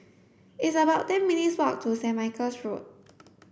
it's about ten minutes' walk to Saint Michael's Road